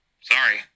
Sorry